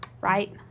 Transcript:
right